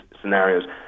scenarios